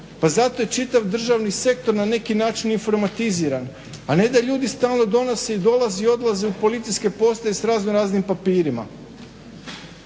Pa zato je čitav državni sektor na neki način informatiziran, a ne da ljudi stalno donose i dolaze i odlaze u policijske postaje s raznoraznim papirima.